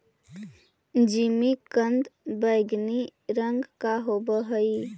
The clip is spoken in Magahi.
जिमीकंद बैंगनी रंग का होव हई